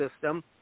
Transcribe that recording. system